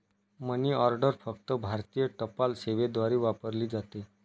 मनी order फक्त भारतीय टपाल सेवेद्वारे वापरली जाते